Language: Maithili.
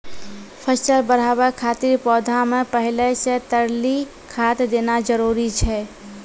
फसल बढ़ाबै खातिर पौधा मे पहिले से तरली खाद देना जरूरी छै?